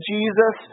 Jesus